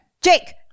Jake